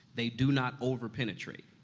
they do not over-penetrate,